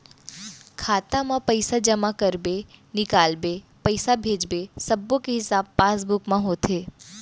खाता म पइसा जमा करबे, निकालबे, पइसा भेजबे सब्बो के हिसाब पासबुक म होथे